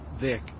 Vic